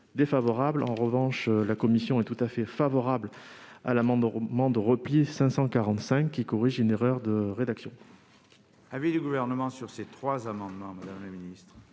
En revanche, la commission est tout à fait favorable à l'amendement de repli n° 545 rectifié, qui tend à corriger une erreur de rédaction.